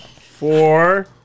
four